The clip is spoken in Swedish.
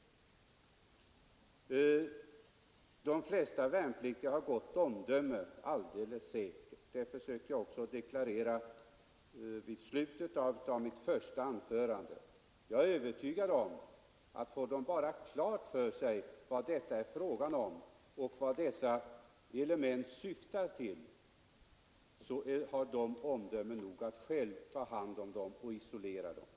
De flesta värnpliktiga har alldeles säkert gott omdöme; det försökte jag också deklarera i slutet av mitt första anförande. Jag är övertygad om att får de bara klart för sig vad dessa element syftar till, har de omdöme nog att själva ta hand om dem och isolera dem.